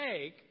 take